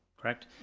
correct?